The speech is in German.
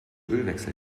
ölwechsel